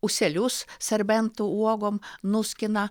ūselius serbentų uogom nuskina